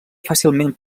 fàcilment